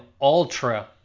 ultra